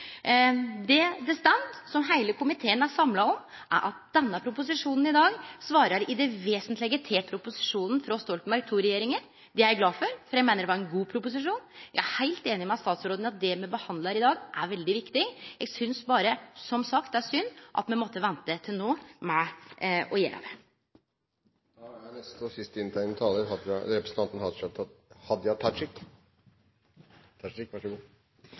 Det som står, som heile komiteen er samla om, er at proposisjonen i dag i det vesentlege svarar til proposisjonen frå Stoltenberg II-regjeringa. Det er eg glad for, for eg meiner det var ein god proposisjon. Eg er heilt einig med statsråden i at det me behandlar i dag, er veldig viktig. Eg synest som sagt berre det er synd at me måtte vente til no med å gjere det. Eg vil gjerne respondera på nokre av dei tinga som er sagde i debatten. Representanten